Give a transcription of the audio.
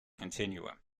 continuum